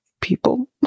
people